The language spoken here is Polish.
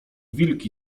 wilki